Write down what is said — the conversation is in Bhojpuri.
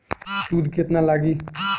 सूद केतना लागी?